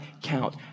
count